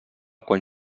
quan